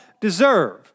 deserve